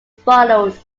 followed